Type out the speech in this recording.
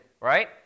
right